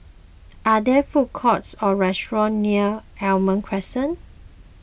are there food courts or restaurants near Almond Crescent